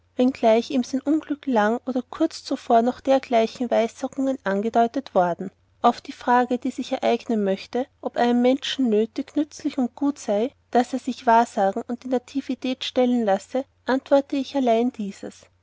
mag wanngleich ihm sein unglück lang oder kurz zuvor durch dergleichen weissagungen angedeutet worden auf die frage die sich ereignen möchte ob einem menschen nötig nützlich und gut sei daß er sich wahrsagen und die nativität stellen lasse antworte ich allein dieses